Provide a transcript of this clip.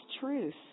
truth